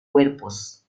cuerpos